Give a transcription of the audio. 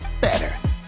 better